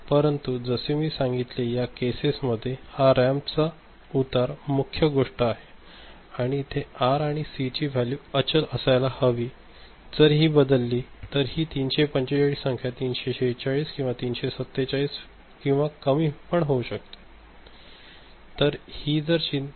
परंतु जसे मी सांगितले या केसेस मध्ये हा रॅम्प चा उतार मुख्य गोष्ट आहे आणि इथे आर आणि सी ची वॅल्यू अचल असायला हवी जर हि बदलली तर हि 345 संख्या 346 किंवा 347 किंवा कमी पण होऊ शकते